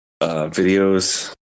videos